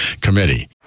Committee